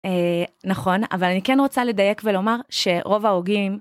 נכון אבל אני כן רוצה לדייק ולומר שרוב ההוגים.